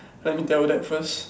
let me tell you that first